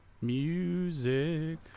Music